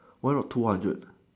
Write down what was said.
why not two hundred